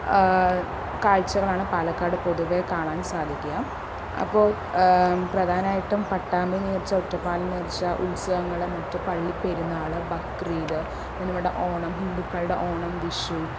കാഴ്ചകളാണ് പാലക്കാട് പൊതുവെ കാണാൻ സാധിക്കുക അപ്പോൾ പ്രധാനമായിട്ടും പട്ടാമ്പി നേർച്ച ഒറ്റപ്പാലം നേർച്ച ഉത്സവങ്ങൾ മറ്റ് പള്ളി പെരുന്നാൾ ബക്രീദ് ഇപ്പം നമ്മുടെ ഓണം ഹിന്ദുക്കളുടെ ഓണം വിഷു